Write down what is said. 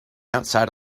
outside